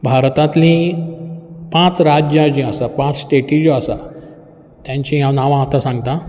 भारतांतलीं पांच राज्यां जीं आसा पांच स्टेटी ज्यो आसा तांचीं हांव आतां नांवां सांगतां